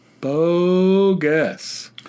bogus